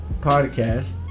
podcast